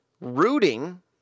rooting